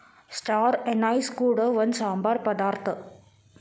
star anise ಕೂಡ ಒಂದು ಸಾಂಬಾರ ಪದಾರ್ಥ